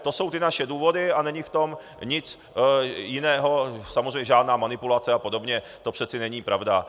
To jsou ty naše důvody a není v tom nic jiného, samozřejmě žádná manipulace apod., to přece není pravda.